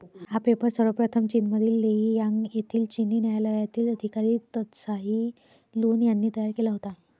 हा पेपर सर्वप्रथम चीनमधील लेई यांग येथील चिनी न्यायालयातील अधिकारी त्साई लुन यांनी तयार केला होता